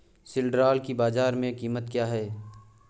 सिल्ड्राल की बाजार में कीमत क्या है?